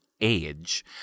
age